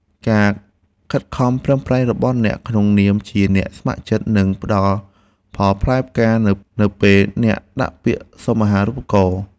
ការខិតខំប្រឹងប្រែងរបស់អ្នកក្នុងនាមជាអ្នកស្ម័គ្រចិត្តនឹងផ្តល់ផលផ្លែផ្កានៅពេលអ្នកដាក់ពាក្យសុំអាហារូបករណ៍។